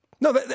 No